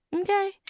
Okay